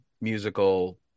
musical